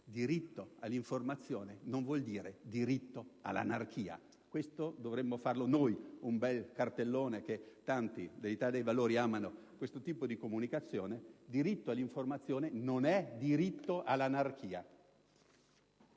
Diritto all'informazione non vuol dire diritto all'anarchia. Dovremmo farlo noi un bel cartellone- tanti colleghi dell'Italia dei Valori amano questo tipo di comunicazione - con su scritto: «Diritto all'informazione non è diritto all'anarchia».